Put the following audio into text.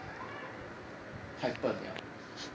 太笨了